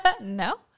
No